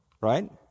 right